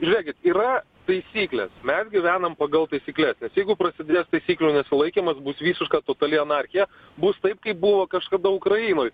žiūrėkit yra taisyklės mes gyvenam pagal taisykles nes jeigu prasidės taisyklių nesilaikymas bus visiška totali anarchija bus taip kaip buvo kažkada ukrainoj